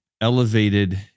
elevated